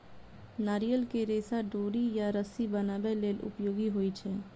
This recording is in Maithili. नारियल के रेशा डोरी या रस्सी बनाबै लेल उपयोगी होइ छै